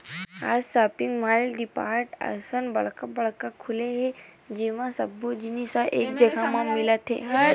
आज shopping mall, DMart असन बड़का बड़का मॉल खुले हे जेमा सब्बो जिनिस ह एके जघा म मिलत हे